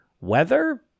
weather